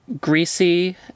greasy